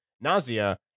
nausea